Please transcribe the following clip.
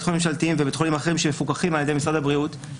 ממשלתיים ובתי חולים אחרים שמפוקחים על ידי משרד הבריאות,